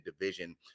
division